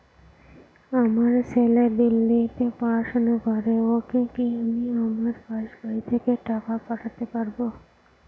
আমার ছেলে দিল্লীতে পড়াশোনা করে ওকে কি আমি আমার পাসবই থেকে টাকা পাঠাতে পারব?